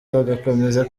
bagakomeza